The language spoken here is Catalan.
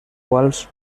quals